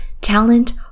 talent